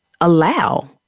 allow